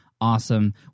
awesome